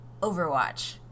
Overwatch